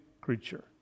creature